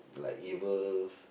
like evil